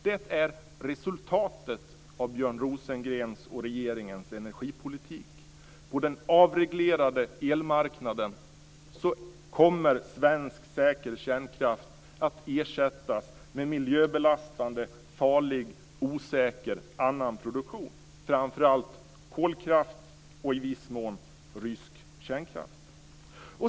Det är resultatet av Björn Rosengrens och regeringens energipolitik: På den avreglerade elmarknaden kommer svensk, säker kärnkraft att ersättas med miljöbelastande, farlig och osäker annan produktion, framför allt kolkraft och i viss mån rysk kärnkraft.